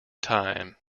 time